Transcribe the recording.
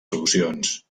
solucions